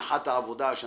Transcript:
אני